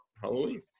Halloween